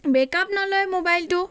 back up নলয় মোবাইলটো